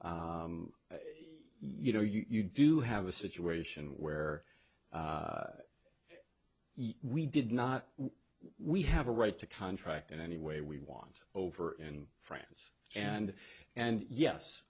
you know you do have a situation where we did not we have a right to contract in any way we want over in france and and yes